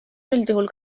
üldjuhul